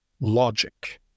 logic